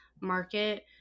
market